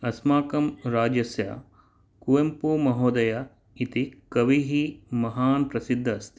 अस्माकं राजस्य कुवेम्पु महोदयः इति कविः महान् प्रसिद्धः अस्ति